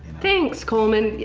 thanks, colman. and